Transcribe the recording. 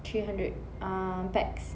three hundred uh pax